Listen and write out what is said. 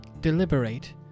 deliberate